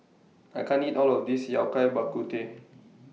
I can't eat All of This Yao Cai Bak Kut Teh